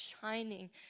shining